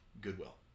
Goodwill